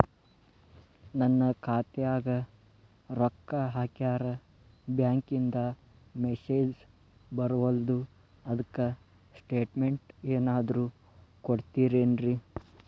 ನನ್ ಖಾತ್ಯಾಗ ರೊಕ್ಕಾ ಹಾಕ್ಯಾರ ಬ್ಯಾಂಕಿಂದ ಮೆಸೇಜ್ ಬರವಲ್ದು ಅದ್ಕ ಸ್ಟೇಟ್ಮೆಂಟ್ ಏನಾದ್ರು ಕೊಡ್ತೇರೆನ್ರಿ?